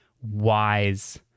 wise